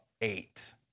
eight